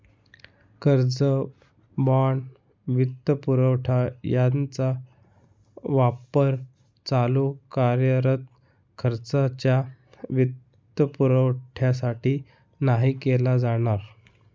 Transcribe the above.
कर्ज, बाँड, वित्तपुरवठा यांचा वापर चालू कार्यरत खर्चाच्या वित्तपुरवठ्यासाठी नाही केला जाणार